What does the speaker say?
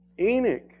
Enoch